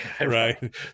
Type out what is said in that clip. Right